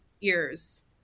ears